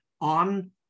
on